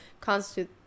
constitute